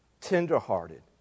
tenderhearted